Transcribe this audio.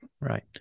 Right